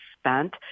spent